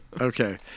Okay